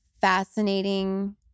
fascinating